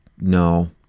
No